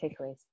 takeaways